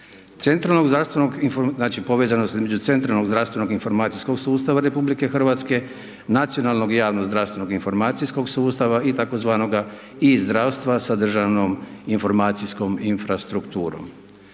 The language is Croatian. centralnog, zdravstvenog i informacijskog sustava RH, nacionalnog i javnog zdravstvenog sustava i tzv. e-zdravstva sa državnom informacijskom infrastrukturom.